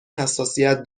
حساسیت